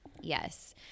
Yes